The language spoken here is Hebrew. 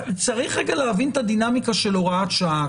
צריך רגע להבין את הדינמיקה של הוראת שעה.